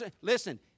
listen